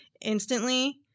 instantly